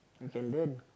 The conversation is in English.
you can learn